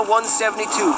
172